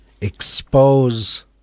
expose